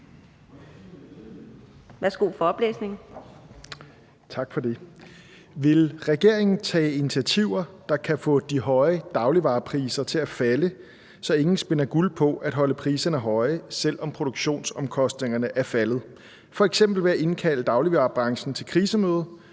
Vil regeringen tage initiativer, der kan få de høje dagligvarepriser til at falde, så ingen spinder guld på at holde priserne høje, selv om produktionsomkostningerne er faldet, f.eks. ved at indkalde dagligvarebranchen til krisemøde,